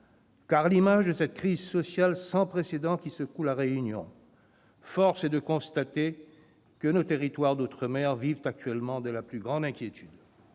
à l'image de cette crise sociale sans précédent qui secoue La Réunion, force est de constater que nos territoires d'outre-mer vivent actuellement dans la plus grande inquiétude.